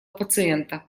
пациента